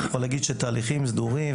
אני יכול להגיד שתהליכים סדורים,